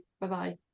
bye-bye